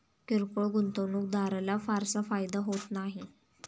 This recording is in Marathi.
किरकोळ गुंतवणूकदाराला फारसा फायदा होत नाही